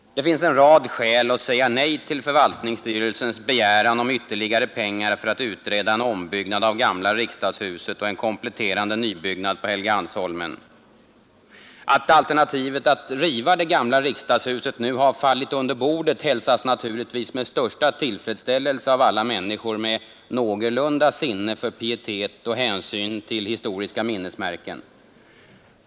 Det finns en rad skäl att säga nej till förvaltningsstyrelsens begäran om ytterligare pengar för att utreda en ombyggnad av gamla riksdagshuset och en kompletterande nybyggnad på Helgeandsholmen. Att alternativet att riva det gamla riksdagshuset nu har fallit under bordet hälsas naturligtvis med största tillfredsställelse av alla människor med någorlunda sinne för pietet och hänsyn till historiska minnesmärken.